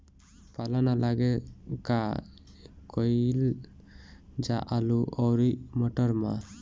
पाला न लागे का कयिल जा आलू औरी मटर मैं?